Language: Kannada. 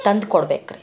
ತಂದುಕೊಡ್ಬೇಕು ರಿ